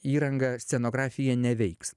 įranga scenografija neveiks